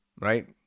right